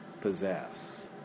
possess